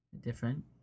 different